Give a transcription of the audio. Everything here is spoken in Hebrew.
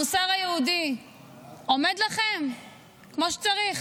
המוסר היהודי עומד לכם כמו שצריך?